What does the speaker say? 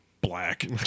Black